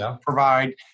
provide